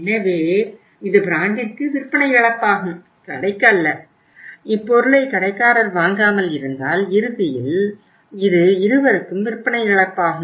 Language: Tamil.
எனவே இது பிராண்டிற்கு விற்பனை இழப்பாகும் கடைக்கு அல்ல இப்பொருளை கடைக்காரர் வாங்காமல் இருந்தால் இறுதியில் இது இருவருக்கும் விற்பனை இழப்பாகும்